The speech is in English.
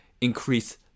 increase